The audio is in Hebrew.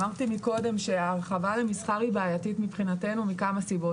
אמרתי קודם שההרחבה למסחר היא בעייתית מבחינתנו מכמה סיבות.